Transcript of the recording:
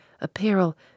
apparel